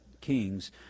Kings